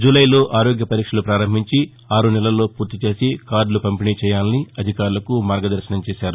జులైలో ఆరోగ్య పరీక్షలు పారంభించి ఆరు నెలల్లో పూర్తిచేసి కార్డులు పంపిణీ చేయాలని అధికారులకు మార్గదర్శనం చేశారు